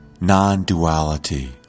non-duality